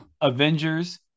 Avengers